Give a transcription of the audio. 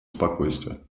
спокойствия